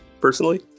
personally